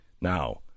Now